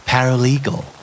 Paralegal